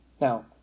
Now